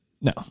no